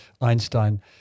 Einstein